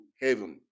heaven